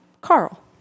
Carl